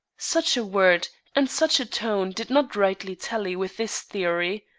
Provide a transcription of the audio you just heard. such a word and such a tone did not rightly tally with this theory.